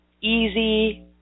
easy